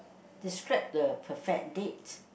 describe the perfect date